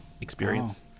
experience